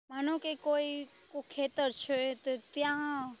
માનો કે કોઈ ખેતર છે તે ત્યાં